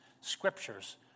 scriptures